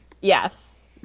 Yes